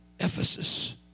Ephesus